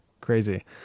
crazy